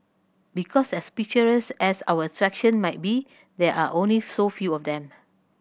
because as picturesque as our attraction might be there are only so few of them